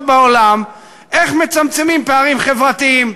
בעולם איך מצמצמים פערים חברתיים,